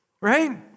right